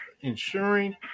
ensuring